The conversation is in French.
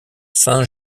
saint